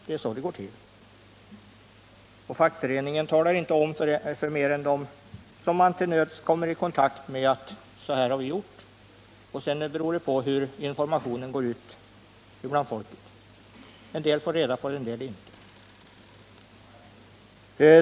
Det är så det går till, och fackföreningen talar inte om för fler än dem som man till nöds kommer i kontakt med att så här har vi gjort. Sedan beror det på hur informationen går ut bland folket. En del får reda på beslutet, en del inte.